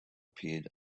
appeared